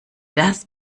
das